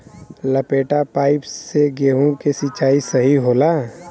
लपेटा पाइप से गेहूँ के सिचाई सही होला?